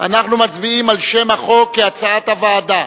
אנחנו מצביעים על שם החוק כהצעת הוועדה.